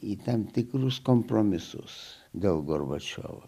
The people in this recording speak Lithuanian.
į tam tikrus kompromisus dėl gorbačiovo